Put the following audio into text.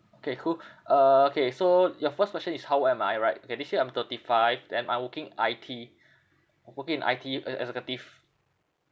okay cool uh okay so your first question is how old am I right okay this year I'm thirty five then I'm working I_T working in I_T uh executive